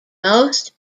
most